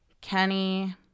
Kenny –